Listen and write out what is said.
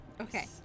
Okay